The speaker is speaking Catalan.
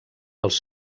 els